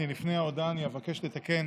לפני ההודעה אני אבקש לתקן